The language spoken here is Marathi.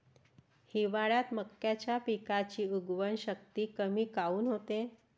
हिवाळ्यात मक्याच्या पिकाची उगवन शक्ती कमी काऊन होते?